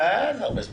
זה הרבה זמן.